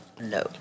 No